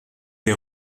des